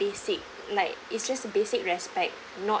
basic like it's just a basic respect not